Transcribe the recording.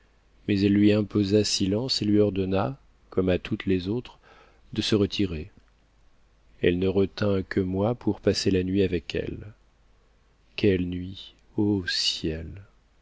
mais elle lui imposa silence et lui ordonna comme à toutes les autres de se retirer elle ne retint que moi pour passer la nuit avec elle quelle nuit ô ciel